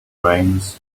trains